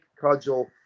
cudgel